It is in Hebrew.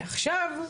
ועכשיו,